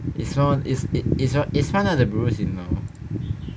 it's one it's it's it's one of the rules you know